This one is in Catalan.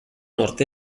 nord